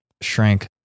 shrank